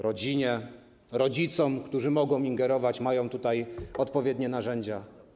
Rodzinie, rodzicom, którzy mogą ingerować, mają tutaj odpowiednie narzędzia.